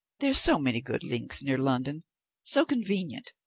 there are so many good links near london so convenient.